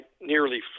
nearly